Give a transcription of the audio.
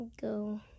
go